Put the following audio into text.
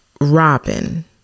Robin